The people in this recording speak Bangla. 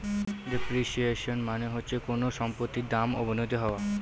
ডেপ্রিসিয়েশন মানে হচ্ছে কোনো সম্পত্তির দাম অবনতি হওয়া